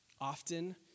Often